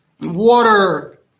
Water